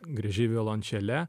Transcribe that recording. griežei violončele